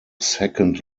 second